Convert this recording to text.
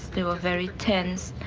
they were very tense.